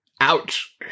Ouch